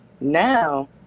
now